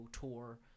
tour